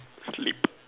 sleep